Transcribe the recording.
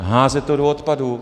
Házet to do odpadu.